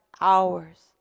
hours